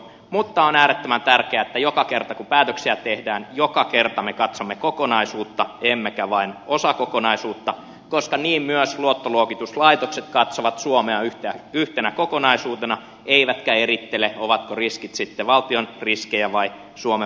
mutta on äärettömän tärkeää että joka kerta kun päätöksiä tehdään me katsomme kokonaisuutta emmekä vain osakokonaisuutta koska niin myös luottoluokituslaitokset katsovat suomea yhtenä kokonaisuutena eivätkä erittele ovatko riskit valtion riskejä vai suomen pankin riskejä